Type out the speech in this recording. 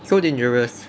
so dangerous